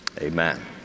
Amen